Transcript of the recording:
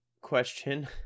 question